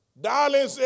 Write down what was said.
darling